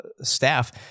staff